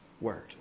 word